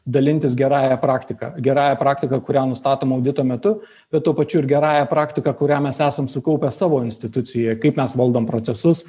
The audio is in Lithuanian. dalintis gerąja praktika gerąja praktika kurią nustatom audito metu bet tuo pačiu ir gerąja praktika kurią mes esam sukaupę savo institucijoje kaip mes valdom procesus